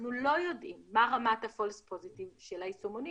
אנחנו לא יודעים מה רמת ה-false positive של היישומונים.